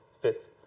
fifth